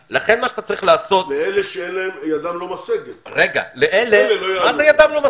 לאלה שידם לא משגת אלה לא יעלו.